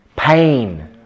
Pain